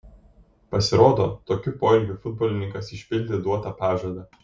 pasirodo tokiu poelgiu futbolininkas išpildė duotą pažadą